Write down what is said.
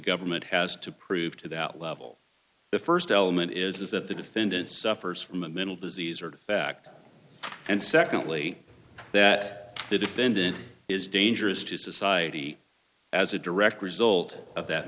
government has to prove to that level the st element is that the defendant suffers from a mental disease or defect and secondly that the defendant is dangerous to society as a direct result of that